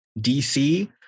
DC